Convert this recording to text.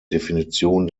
definition